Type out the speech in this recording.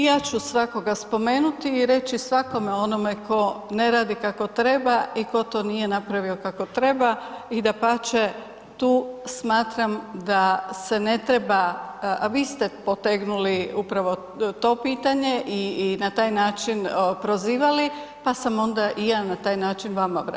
I ja ću svakoga spomenuti i reći svakome onome ko ne radi kako treba i ko to nije napravio kako treba i dapače tu smatram da se ne treba, a vi ste potegnuli upravo to pitanje i, i na taj način prozivali, pa sam onda i ja na taj način vama vratila.